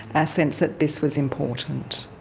a sense that this was important.